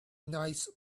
nice